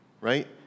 right